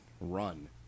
run